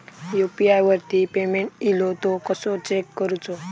UPI वरती payment इलो तो कसो चेक करुचो?